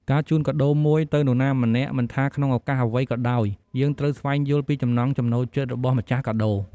ការជូនកាដូមួយទៅនរណាម្នាក់មិនថាក្នុងឧកាសអ្វីក៏ដោយ យើងត្រូវស្វែងយល់ពីចំណង់ចំណូលចិត្តរបស់ម្ចាស់កាដូ។